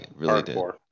Hardcore